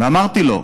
ואמרתי לו: